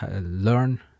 learn